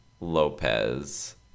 lopez